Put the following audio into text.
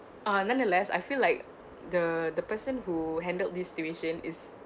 uh nonetheless I feel like the the person who handled this situation is